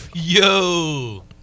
Yo